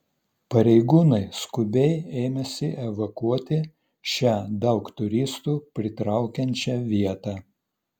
pareigūnai skubiai ėmėsi evakuoti šią daug turistų pritraukiančią vietą